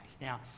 Now